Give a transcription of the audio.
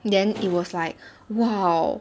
then it was like !wow!